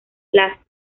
las